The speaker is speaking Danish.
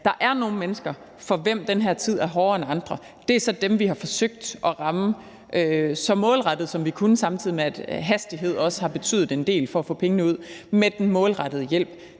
der er nogle mennesker, for hvem den her tid er hårdere end for andre. Det er så dem, vi har forsøgt at ramme så målrettet, som vi kunne, samtidig med at hastigheden i forhold til at få pengene, altså den målrettede hjælp,